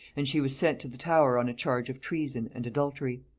and she was sent to the tower on a charge of treason and adultery.